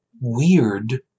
weird